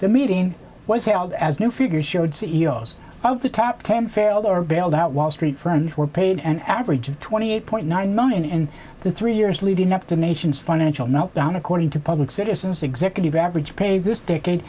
the meeting was held as new figures showed c e o s of the top ten fell or bailed out wall street friends were paid an average of twenty eight point nine million in the three years leading up to the nation's financial meltdown according to public citizens executive average pay this decade